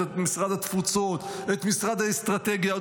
את משרד התפוצות ואת משרד האסטרטגיה,